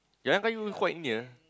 Jalan-Kayu quite near